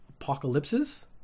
apocalypses